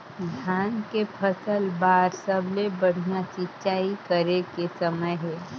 धान के फसल बार सबले बढ़िया सिंचाई करे के समय हे?